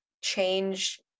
change